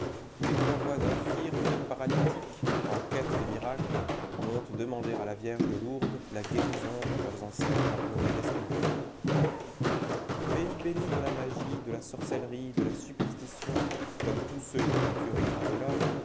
des convois d'infirmes et de paralytiques en quête de miracles montent demander à la vierge de lourdes la guérison que leurs ancêtres imploraient d'esculape pays béni de la magie de la sorcellerie de la superstition comme tous ceux où la nature écrase l'homme